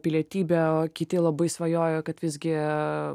pilietybe o kiti labai svajoja kad visgi